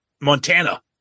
Montana